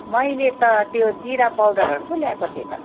मैले त त्यो जिरा पाउडरहरू पो ल्याएको थिएँ त